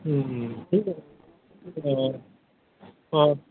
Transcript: অঁ